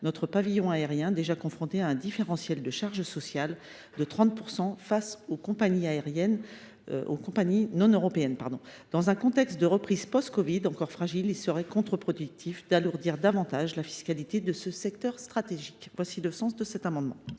notre pavillon aérien, déjà confronté à un différentiel de charges sociales estimé à 30 % par rapport aux compagnies non européennes. Dans un contexte de reprise post covid encore fragile, il serait contre productif d’alourdir davantage la fiscalité de ce secteur stratégique. Les amendements